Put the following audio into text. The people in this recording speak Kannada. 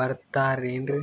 ಬರತಾರೆನ್ರಿ?